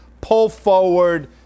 pull-forward